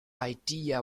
idea